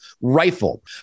rifle